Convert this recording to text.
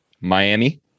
Miami